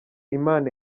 imana